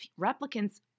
replicants